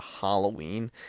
Halloween